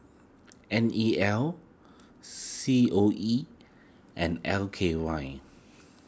N E L C O E and L K Y